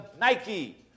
Nike